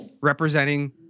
representing